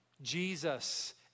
Jesus